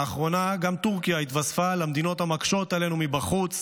לאחרונה גם טורקיה התווספה למדינות המקשות עלינו מבחוץ